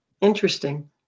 interesting